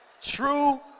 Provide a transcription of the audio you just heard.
True